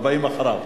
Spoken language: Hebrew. הבאים אחריו.